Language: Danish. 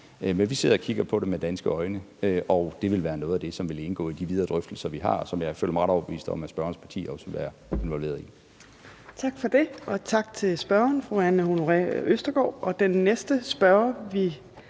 Men vi sidder og kigger på det med danske øjne, og det vil være noget af det, som vil indgå i de videre drøftelser, vi har, og som jeg føler mig ret overbevist om at spørgerens parti også vil være involveret i. Kl. 14:30 Fjerde næstformand (Trine Torp): Tak for det, og tak til spørgeren, fru Anne Honoré Østergaard. Den næste spørger, vi